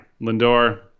Lindor